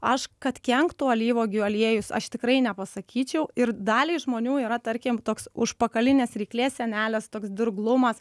aš kad kenktų alyvuogių aliejus aš tikrai nepasakyčiau ir daliai žmonių yra tarkim toks užpakalinės ryklės sienelės toks dirglumas